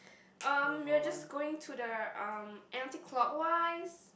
um we're just going to the um anticlockwise